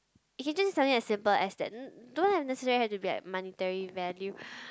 it can just something simple as that don't have necessarily have to be like monetary value